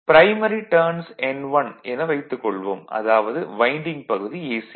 primary turns N1 என வைத்துக் கொள்வோம் அதாவது வைண்டிங் பகுதி AC